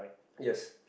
yes